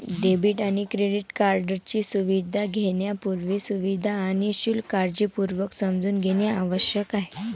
debit आणि credit कार्डची सुविधा घेण्यापूर्वी, सुविधा आणि शुल्क काळजीपूर्वक समजून घेणे आवश्यक आहे